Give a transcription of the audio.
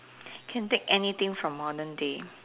can take anything from modern day